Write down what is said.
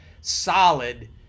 solid